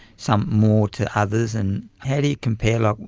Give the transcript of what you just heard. some more to others, and how do you compare, like,